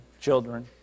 children